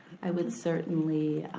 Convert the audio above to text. i would certainly